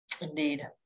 indeed